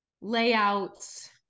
layouts